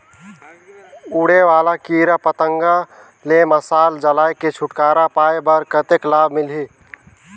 उड़े वाला कीरा पतंगा ले मशाल जलाय के छुटकारा पाय बर कतेक लाभ मिलही?